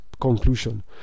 conclusion